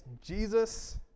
Jesus